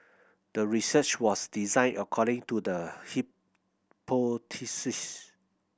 the research was designed according to the hypothesis